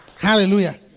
Hallelujah